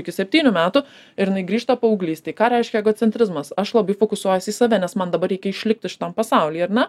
iki septynių metų ir jinai grįžta paauglystėj ką reiškia egocentrizmas aš labai fokusuojuosi į save nes man dabar reikia išlikti šitam pasaulyje ar ne